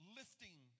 lifting